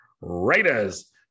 Raiders